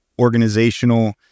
organizational